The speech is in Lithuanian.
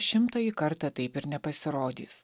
šimtąjį kartą taip ir nepasirodys